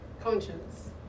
Conscience